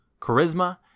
charisma